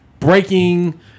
Breaking